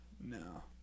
No